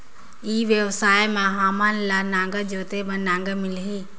ई व्यवसाय मां हामन ला नागर जोते बार नागर मिलही?